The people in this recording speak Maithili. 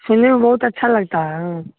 सुननेमे बहुत अच्छा लगता है